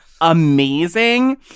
amazing